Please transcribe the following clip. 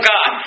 God